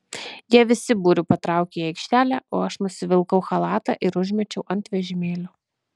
jie visu būriu patraukė į aikštelę o aš nusivilkau chalatą ir užmečiau ant vežimėlio